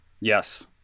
Yes